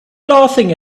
laughing